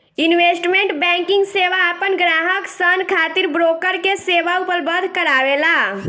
investment banking सेवा आपन ग्राहक सन खातिर ब्रोकर के सेवा उपलब्ध करावेला